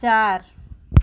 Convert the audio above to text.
चार